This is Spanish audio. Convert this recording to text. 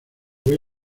voy